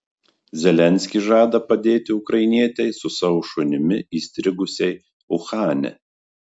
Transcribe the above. zelenskis žada padėti ukrainietei su savo šunimi įstrigusiai uhane